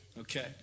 okay